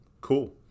cool